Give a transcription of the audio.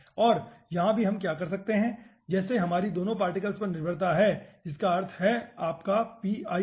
और यहाँ भी हम क्या कर सकते हैं जैसे हमारी दोनों पार्टिकल्स पर निर्भरता हैं जिसका अर्थ है कि आपका और